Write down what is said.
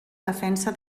defensa